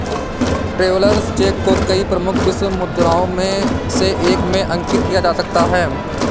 travellers cheque को कई प्रमुख विश्व मुद्राओं में से एक में अंकित किया जा सकता है